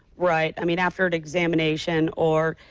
right, i mean after an examination or,